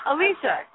Alicia